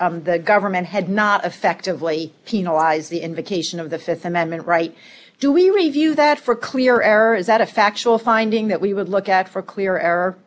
the government had not effectively penalized the invocation of the th amendment right do we review that for clear error is that a factual finding that we would look at for clear error